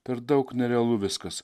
per daug nerealu viskas